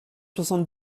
soixante